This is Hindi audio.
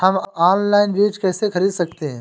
हम ऑनलाइन बीज कैसे खरीद सकते हैं?